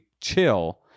chill